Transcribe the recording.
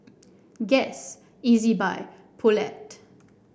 Guess Ezbuy and Poulet